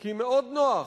כי מאוד נוח,